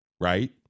right